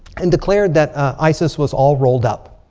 and declared that isis was all rolled up.